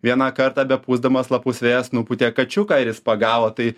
vieną kartą bepūsdamas lapus vėjas nupūtė kačiuką ir jis pagavo tai